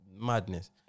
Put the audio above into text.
Madness